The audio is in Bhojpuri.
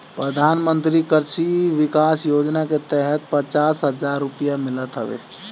प्रधानमंत्री कृषि विकास योजना के तहत पचास हजार रुपिया मिलत हवे